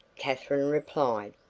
katherine replied.